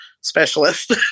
specialist